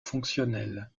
fonctionnel